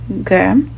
Okay